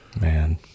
man